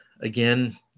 again